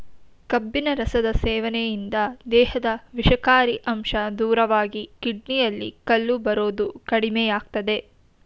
ಕಬ್ಬಿನ ರಸದ ಸೇವನೆಯಿಂದ ದೇಹದಲ್ಲಿ ವಿಷಕಾರಿ ಅಂಶ ದೂರವಾಗಿ ಕಿಡ್ನಿಯಲ್ಲಿ ಕಲ್ಲು ಬರೋದು ಕಡಿಮೆಯಾಗ್ತದೆ